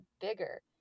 bigger